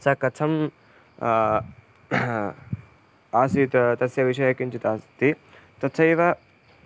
सः कथं आसीत् तस्य विषये किञ्चित् अस्ति तथैव